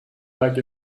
like